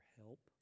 help